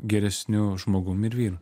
geresniu žmogumi ir vyru